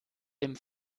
dem